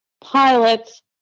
pilots